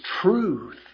truth